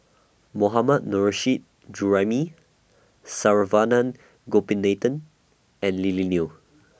Mohammad Nurrasyid Juraimi Saravanan Gopinathan and Lily Neo